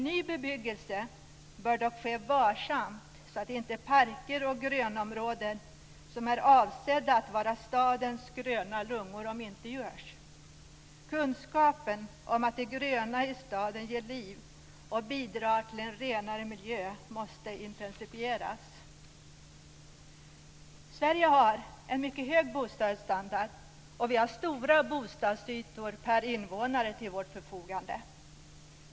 Ny bebyggelse bör dock ske varsamt, så att inte parker och grönområden som är avsedda att vara stadens gröna lungor omintetgörs. Kunskapen om att det gröna i staden ger liv och bidrar till en renare miljö måste intensifieras. Sverige har en mycket hög bostadsstandard, och vi har stora bostadsytor per invånare till vårt förfogande.